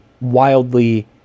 wildly